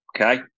okay